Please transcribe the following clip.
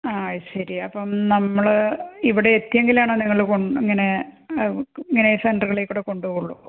ആ അതുശരി അപ്പം നമ്മൾ ഇവിടെ എത്തി എങ്കിലാണ് നിങ്ങൾ കൊണ്ട് ഇങ്ങനെ ഇങ്ങനെ സെൻററുകളിൽക്കൂടെ കൊണ്ട് പോവുളളൂ